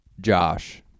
Josh